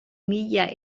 mila